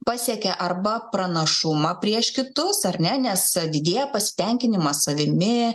pasiekia arba pranašumą prieš kitus ar ne nes didėja pasitenkinimas savimi